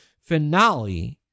finale